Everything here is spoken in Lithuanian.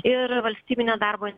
ir valstybinio darbo